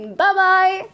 bye-bye